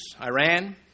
Iran